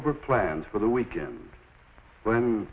over plans for the weekend when